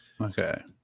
okay